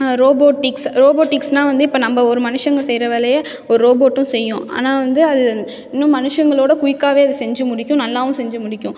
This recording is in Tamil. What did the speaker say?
ரோபோடிக்ஸ் ரோபோடிக்ஸ்னால் வந்து இப்போ நம்ப ஒரு மனுஷங்க செய்கிற வேலைய ஒரு ரோபோட்டும் செய்யும் ஆனால் வந்து அது இன்னும் மனுஷங்களவிட க்யுக்காவே அது செஞ்சு முடிக்கும் நல்லாவும் செஞ்சு முடிக்கும்